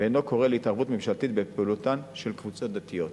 ואינו קורא להתערבות ממשלתית בפעילותן של קבוצות דתיות.